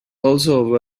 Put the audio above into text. also